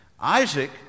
Isaac